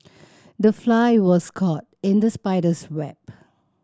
the fly was caught in the spider's web